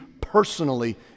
personally